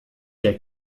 der